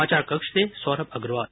समाचार कक्ष से सौरभ अग्रवाल